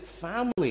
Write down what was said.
family